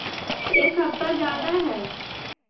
एक हफ्ता ज़्यादा है